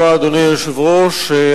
אדוני היושב-ראש,